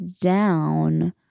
down